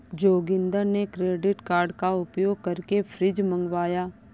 जोगिंदर ने credit card का उपयोग करके फ्रिज मंगवाया